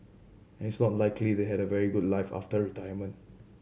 and it's not like they had a very good life after retirement